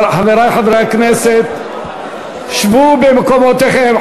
חברי חברי הכנסת, שבו במקומותיכם.